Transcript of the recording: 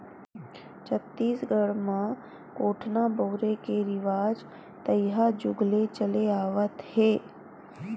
छत्तीसगढ़ म कोटना बउरे के रिवाज तइहा जुग ले चले आवत हे